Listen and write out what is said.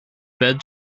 bed